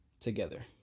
Together